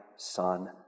son